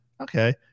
okay